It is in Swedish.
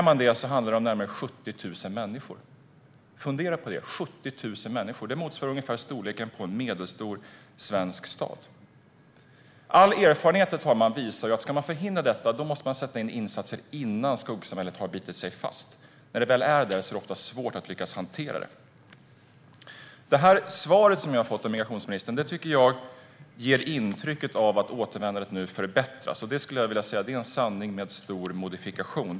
Om man summerar detta handlar det om närmare 70 000 människor. Fundera på det - 70 000 människor! Det motsvarar ungefär storleken på en medelstor svensk stad. All erfarenhet visar att om man ska förhindra detta måste man sätta in insatser innan skuggsamhället har bitit sig fast. När det väl har gjort detta är det oftast svårt att lyckas hantera det. Det svar jag har fått av migrationsministern tycker jag ger intrycket att återvändandet nu förbättras. Det skulle jag säga är en sanning med stor modifikation.